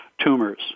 tumors